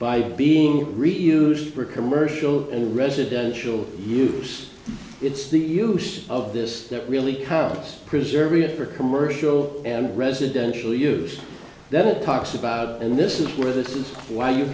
by being reused for commercial and residential use it's the use of this that really costs preserving it for commercial and residential use that it costs about and this is where this is why you